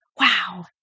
wow